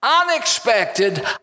unexpected